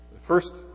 first